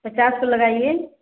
पचास तो लगाइए